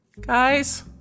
Guys